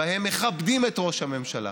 שבהם מכבדים את ראש הממשלה